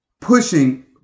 pushing